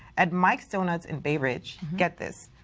at mike's donuts in bay ridge, get this,